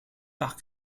par